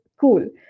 cool